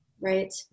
Right